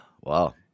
Wow